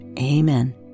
Amen